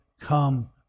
come